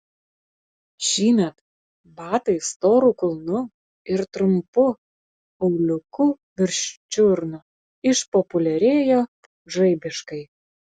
šįmet batai storu kulnu ir trumpu auliuku virš čiurnų išpopuliarėjo žaibiškai